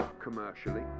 commercially